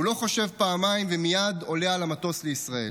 הוא לא חושב פעמיים ומייד עולה על המטוס לישראל.